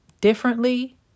differently